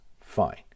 fine